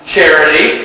Charity